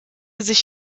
sich